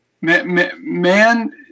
man